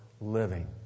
living